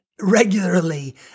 regularly